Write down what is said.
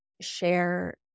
share